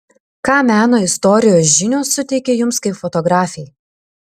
ką meno istorijos žinios suteikia jums kaip fotografei